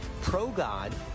pro-God